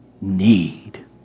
need